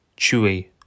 Chewy